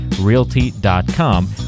realty.com